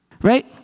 right